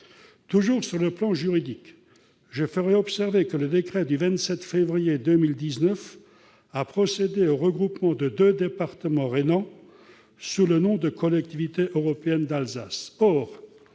Toujours sur le plan juridique, je ferai observer que le décret du 27 février 2019 a procédé au regroupement des deux départements rhénans sous le nom de Collectivité européenne d'Alsace.